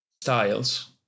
styles